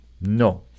No